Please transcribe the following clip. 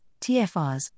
TFRs